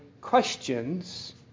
questions